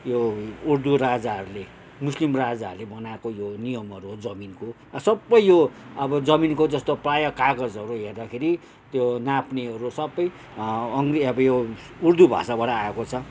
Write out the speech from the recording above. यो उर्दू राजाहरूले मुस्लिम राजाहरूले बनाएको यो नियमहरू हो जमिनको सबै यो अब जमिनको जस्तो प्रायः कागजहरू हेर्दाखेरि त्यो नाप्नेहरू सबै अङ्ग्रे अब यो उर्दू भाषाबाट आएको छ